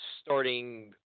starting